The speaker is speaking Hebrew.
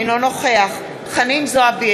אינו נוכח חנין זועבי,